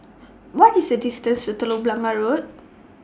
What IS The distance to Telok Blangah Road